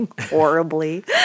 horribly